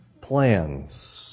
plans